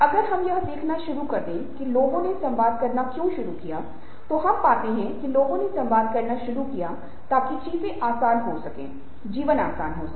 अगर हम यह देखना शुरू कर दें कि लोगों ने संवाद करना क्यों शुरू किया तो हम पाते हैं कि लोगों ने संवाद करना शुरू किया ताकि चीजें आसान हो सकें जीवन आसान हो सके